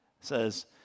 says